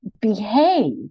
behave